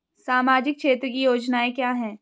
सामाजिक क्षेत्र की योजनाएं क्या हैं?